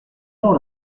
gens